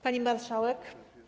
Pani Marszałek!